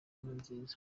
nkurunziza